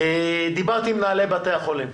דיברתי עם מנהלי בתי-החולים,